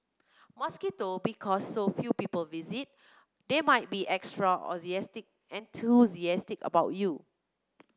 mosquito because so few people visit they might be extra enthusiastic and too enthusiastic about you